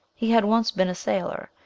he had once been a sailor,